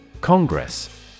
Congress